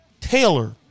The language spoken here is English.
Taylor